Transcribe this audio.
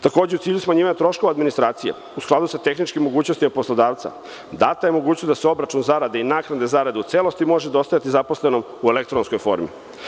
Takođe, u cilju smanjivanja troškova administracije u skladu sa tehničkim mogućnostima poslodavca data je mogućnost da se obračun zarade i naknade zaradeu celosti može dostavljati zaposlenom u elektronskoj formi.